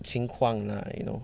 情况 lah you know